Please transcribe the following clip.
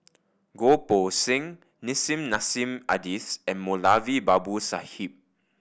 Goh Poh Seng Nissim Nassim Adis and Moulavi Babu Sahib